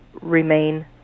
remain